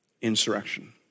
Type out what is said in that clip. insurrection